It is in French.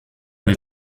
les